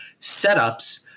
setups